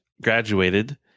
graduated